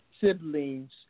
siblings